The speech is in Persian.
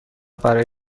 برای